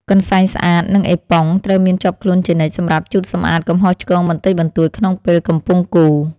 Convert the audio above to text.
កន្សែងស្អាត និងអេប៉ុង ត្រូវមានជាប់ខ្លួនជានិច្ចសម្រាប់ជូតសម្អាតកំហុសឆ្គងបន្តិចបន្តួចក្នុងពេលកំពុងកូរ។